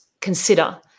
consider